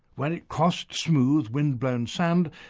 when it crossed smooth windblown sand,